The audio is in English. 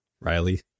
Riley